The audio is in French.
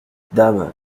dame